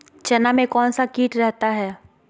चना में कौन सा किट रहता है?